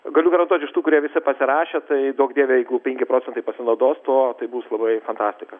galiu garantuoti iš tų kurie visi pasirašė tai duok dieve jeigu penki procentai pasinaudos tuo tai bus labai fantastika